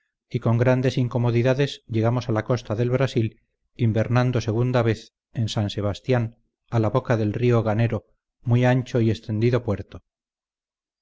y con grandes incomodidades llegamos a la costa del brasil invernando segunda vez en san sebastián a la boca del río ganero muy ancho y extendido puerto